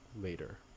later